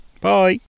bye